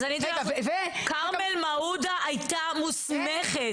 כרמל מעודה הייתה מוסמכת.